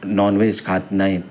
non veg खात नाही